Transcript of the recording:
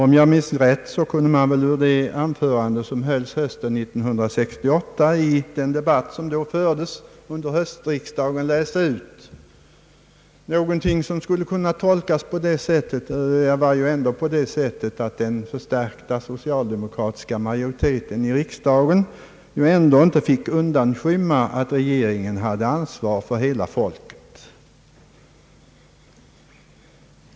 Om jag minns rätt kunde man ur de anföranden som hölls under höstriksdagen 1968 läsa ut att den förstärkta socialdemokratiska majoriteten i riksdagen ändå inte fick undanskymma att regeringen hade ansvar för hela folket.